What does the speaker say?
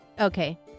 Okay